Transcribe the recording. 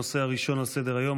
הנושא הראשון על סדר-היום,